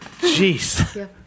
Jeez